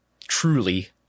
truly